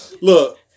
look